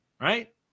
right